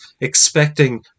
expecting